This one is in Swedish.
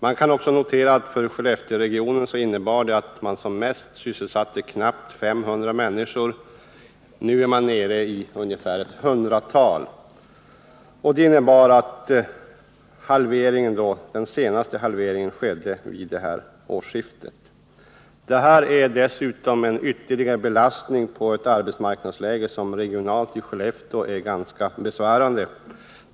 Man kan notera att den innebar att man som mest sysselsatte knappt 500 människor. Nu är man nere i ungefär ett hundratal. Den senaste halveringen av personalstyrkan skedde alltså vid årsskiftet. Detta innebär en ytterligare belastning i det för Skellefteåregionen mycket besvärande arbetsmarknadsläget.